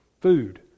food